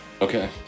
Okay